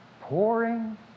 pouring